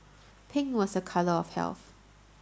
pink was a colour of health